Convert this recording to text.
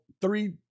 three